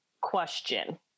question